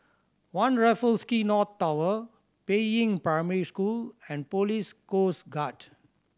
One Raffles Quay North Tower Peiying Primary School and Police Coast Guard